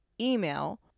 email